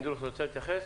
פינדרוס, רוצה להתייחס?